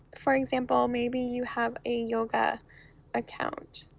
for example, maybe you have a yoga account.